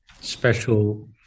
special